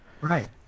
Right